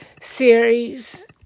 series